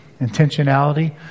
intentionality